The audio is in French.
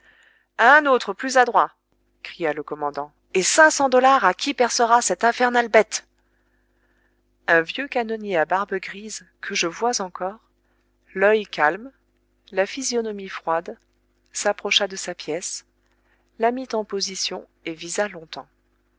un autre plus adroit cria le commandant et cinq cents dollars à qui percera cette infernale bête un vieux canonnier à barbe grise que je vois encore l'oeil calme la physionomie froide s'approcha de sa pièce la mit en position et visa longtemps